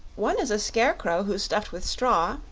one is a scarecrow who's stuffed with straw,